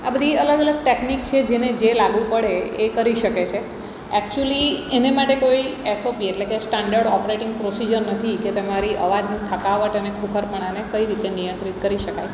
આ બધી અલગ અલગ ટેકનિક છે જેને જે લાગુ પડે એ કરી શકે છે એકચુલી એને માટે કોઈ એસોપી એટલે કે સ્ટાન્ડર્ડ ઓપરેટિંગ પ્રોસીજર નથી કે તમારી અવાજની થકાવટ અને ખોખરાપણાને કઈ રીતે નિયંત્રિત કરી શકાય